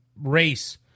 race